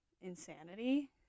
insanity